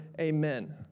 Amen